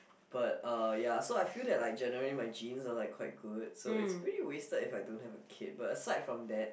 but uh ya so I feel that like generally my genes are like quite good so it's pretty wasted if I don't have a kid but aside from that